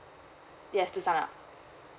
yes to sign up